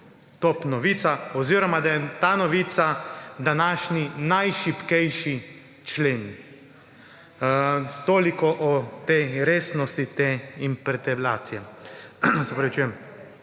top novica oziroma da je ta novica današnji najšibkejši člen. Toliko o tej resnosti te interpelacije. Predstavnica